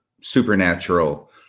supernatural